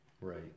right